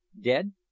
Dead